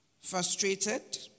frustrated